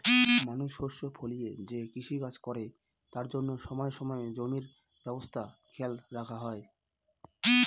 মানুষ শস্য ফলিয়ে যে কৃষিকাজ করে তার জন্য সময়ে সময়ে জমির অবস্থা খেয়াল রাখা হয়